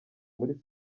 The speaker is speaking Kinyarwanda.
muri